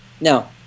Now